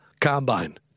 Combine